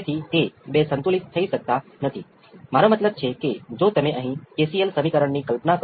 V c નું આ મૂલ્ય આ ચોક્કસ વિકલીત સમીકરણને સંતોષશે